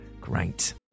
Great